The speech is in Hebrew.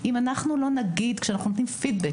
אם אנחנו לא נגיד כשאנחנו נותנים פידבק,